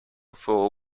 for